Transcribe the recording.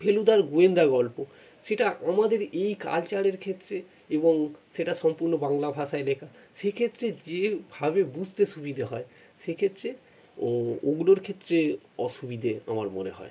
ফেলুদার গোয়েন্দা গল্প সেটা আমাদের এই কালচারের ক্ষেত্রে এবং সেটা সম্পূর্ণ বাংলা ভাষায় লেখা সেক্ষেত্রে যেভাবে বুঝতে সুবিধে হয় সেক্ষেত্রে ওগুলোর ক্ষেত্রে অসুবিধে আমার মনে হয়